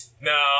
No